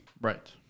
Right